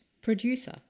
Producer